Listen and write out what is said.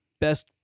best